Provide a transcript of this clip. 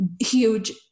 huge